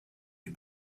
die